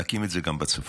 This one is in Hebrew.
להקים את זה גם בצפון.